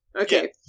okay